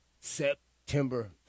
September